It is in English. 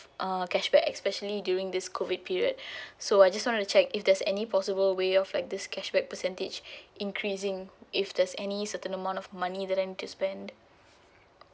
uh cashback especially during this COVID period so I just want to check if there's any possible way of like this cashback percentage increasing if there's any certain amount of money that I need to spend